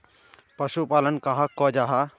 पशुपालन कहाक को जाहा?